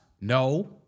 No